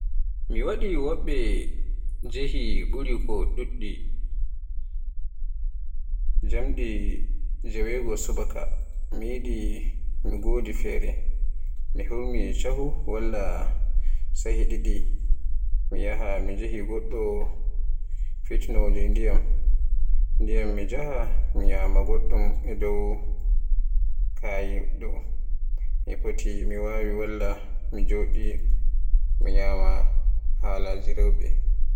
Mi waɗi woɗɓe njaɓi ɓuri, to ɗuɗɗi jamde jewegoo ko subaka, mi yiɗi mi ngoodi feere. Mi hurmi caahu walla shayi ɗiɗi, mi yaha mi njahi do’o fitnooje ndiyam ndiyam. Mi njaha mi ñaama goɗɗum dow kawe ɗo, mi foti mi waawi walla mi jooɗi mi ñaama haalaaji rewɓe.